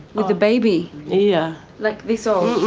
with a baby? yeah like this old?